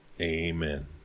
Amen